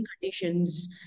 conditions